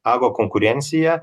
augo konkurencija